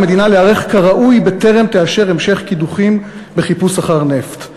על המדינה להיערך כראוי בטרם תאשר המשך קידוחים בחיפוש אחר נפט.